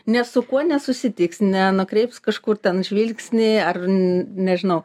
ne su kuo nesusitiks nenukreips kažkur ten žvilgsnį ar nežinau